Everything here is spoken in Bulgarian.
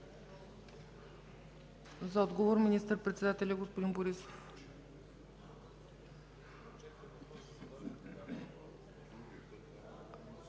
За отговор – министър председателят господин Борисов.